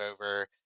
over